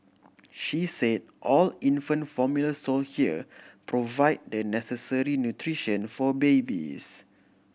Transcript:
she say all infant formula sold here provide the necessary nutrition for babies